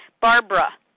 Barbara